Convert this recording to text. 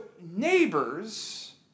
neighbors